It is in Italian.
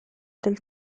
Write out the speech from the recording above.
del